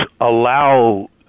allow